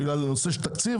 בגלל הנושא של תקציב?